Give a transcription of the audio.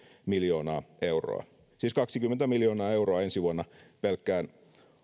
miljoonaa euroa siis kaksikymmentä miljoonaa euroa ensi vuonna pelkkään